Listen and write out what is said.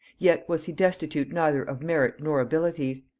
yet was he destitute neither of merit nor abilities.